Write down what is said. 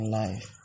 life